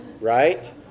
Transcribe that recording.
right